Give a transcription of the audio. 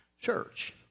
church